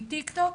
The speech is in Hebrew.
מטיק טוק.